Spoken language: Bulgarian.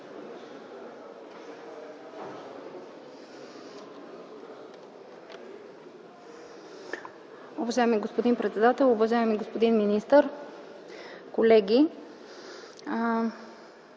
Уважаеми господин председател, уважаеми господин министър, колеги!